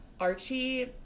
Archie